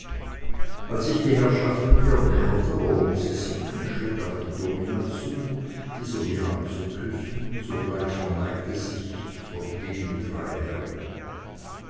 als sich die herrschaften ihr näherten erhob sie sich und schritt auf die domina zu dieser die hand zu küssen zugleich verneigte sie sich gegen die drei herren